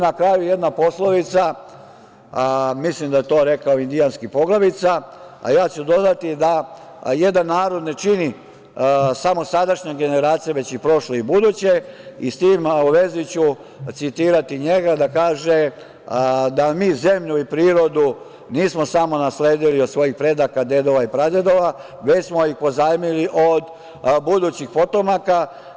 Na kraju jedna poslovica, mislim da je to rekao indijanski poglavica, a ja ću dodati da jedan narod ne čini samo sadašnja generacija već i prošle i buduće, i sa tim u vezi ću citirati njega pa kaže da mi zemlju i prirodu nismo samo nasledili od svojih predaka, dedova i pradedova već smo ih pozajmili od budućih potomaka.